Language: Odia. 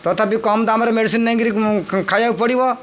ତଥାପି କମ୍ ଦାମରେ ମେଡ଼ିସିନ୍ ନେଇକିରି ଖାଇବାକୁ ପଡ଼ିବ